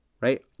right